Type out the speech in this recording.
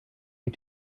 you